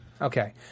Okay